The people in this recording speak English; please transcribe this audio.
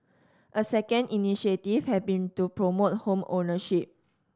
a second initiative have been to promote home ownership